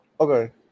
Okay